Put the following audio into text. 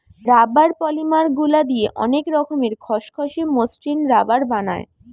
rubber polymer গুলা দিয়ে অনেক রকমের খসখসে, মসৃণ রাবার বানায়